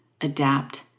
adapt